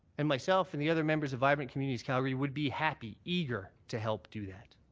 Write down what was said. and myself and the other members of vibrant communities calgary would be happy, eager to help do that.